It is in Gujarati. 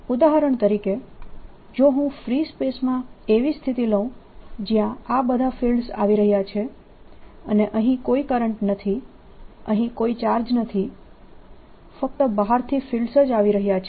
ઉદાહરણ તરીકે જો હું ફ્રી સ્પેસ માં એવી સ્થિતિ લઉં જ્યાં આ બધા ફિલ્ડ્સ આવી રહ્યા છે અને અહીં કોઈ કરંટ નથી અહીં કોઈ ચાર્જ નથી ફક્ત બહારથી ફિલ્ડ્સ જ આવી રહ્યા છે